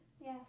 Yes